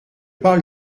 parle